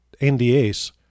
NDAs